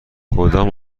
کدام